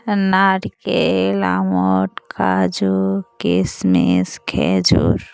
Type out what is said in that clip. নারকেল আমন্ড কাজু কিশমিশ খেজুর